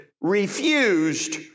refused